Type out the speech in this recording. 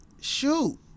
shoot